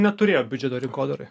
neturėjo biudžeto rinkodarai